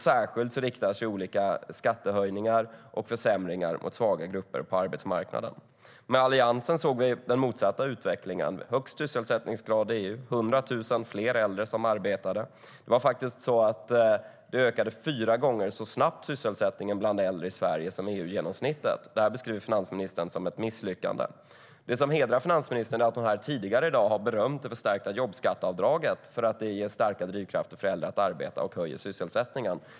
Särskilt riktar sig olika skattehöjningar och försämringar mot svaga grupper på arbetsmarknaden. Det som hedrar finansministern är att hon här tidigare i dag har berömt det förstärkta jobbskatteavdraget för att det ger starka drivkrafter för äldre att arbeta och höjer sysselsättningen.